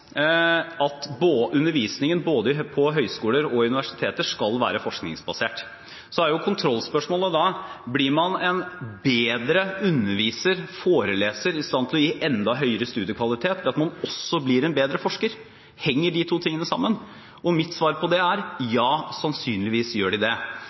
i universiteter skal være forskningsbasert, så er kontrollspørsmålet: Blir man en bedre underviser eller foreleser og i stand til å gi enda høyere studiekvalitet ved at man også blir en bedre forsker? Henger de to tingene sammen? Mitt svar på det er: Ja, sannsynligvis gjør de det.